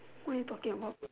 what are you talking about